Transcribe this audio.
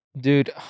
Dude